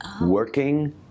working